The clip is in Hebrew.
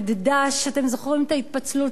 אתם זוכרים את ההתפצלות של ד"ש,